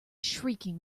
shrieking